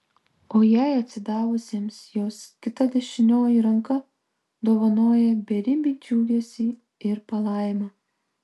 o jai atsidavusiems jos kita dešinioji ranka dovanoja beribį džiugesį ir palaimą